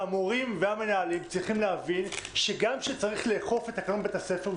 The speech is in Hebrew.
המורים והמנהלים צריכים להבין שגם כשצריך לאכוף את תקנון בית הספר,